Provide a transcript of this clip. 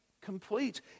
complete